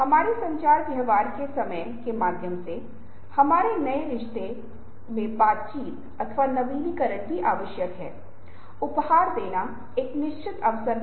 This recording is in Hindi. यदि किसी समय यह अग्रभूमि है और ये बादल पृष्ठभूमि हैं यदि आप इस दिशा में आगे बढ़ते हैं तो इस अंक पर यह पृष्ठभूमि है और जो जाहिरा तौर पर पहले बादल था वह अग्रभूमि है